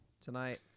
tonight